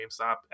GameStop